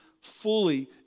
fully